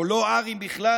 או לא ארים בכלל,